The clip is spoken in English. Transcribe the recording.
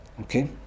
Okay